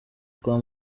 kwa